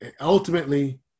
ultimately